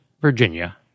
Virginia